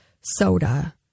soda